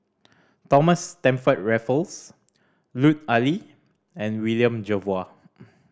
Thomas Stamford Raffles Lut Ali and William Jervois